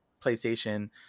PlayStation